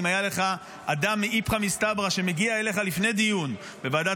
אם היה לך אדם מאיפכא מסתברא שמגיע אליך לפני דיון בוועדת